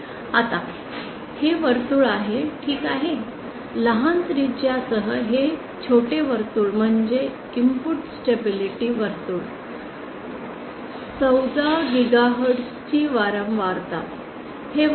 आता हे वर्तुळ आहे ठीक आहे लहान त्रिज्यासह हे छोटे वर्तुळ म्हणजे इनपुट स्टेबिलिटी वर्तुळ 14 गिगाहर्ट्ज ची वारंवारता